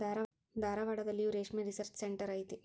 ಧಾರವಾಡದಲ್ಲಿಯೂ ರೇಶ್ಮೆ research centre ಐತಿ